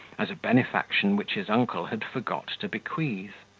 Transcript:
as a benefaction which his uncle had forgot to bequeath.